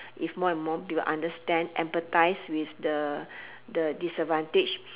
if more and more people understand empathize with the the disadvantage